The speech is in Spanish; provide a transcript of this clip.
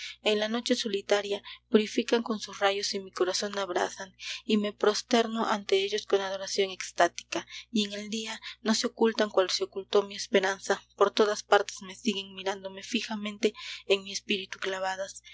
en la noche solitaria purifican con sus rayos y mi corazón abrasan y me prosterno ante ellos con adoración extática y en el día no se ocultan cual se ocultó mi esperanza por todas partes me siguen mirándome fijamente en mi espíritu clavadas